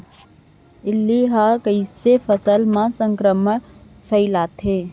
इल्ली ह कइसे फसल म संक्रमण फइलाथे?